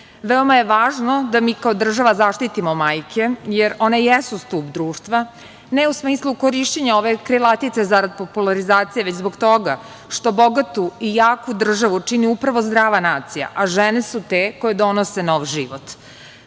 je važno da mi kao država zaštitimo majke jer one jesu stub društva, ne u smislu korišćenja ove krilatice zarad popularizacije, već zbog toga što bogatu i jaku državu čini upravo zdrava nacija, a žene su te koje donose nov život.